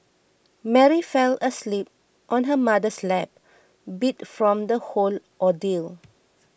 Mary fell asleep on her mother's lap beat from the whole ordeal